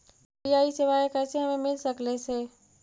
UPI सेवाएं कैसे हमें मिल सकले से?